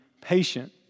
patient